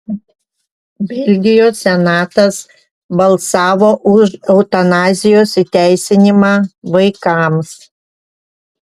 belgijos senatas balsavo už eutanazijos įteisinimą vaikams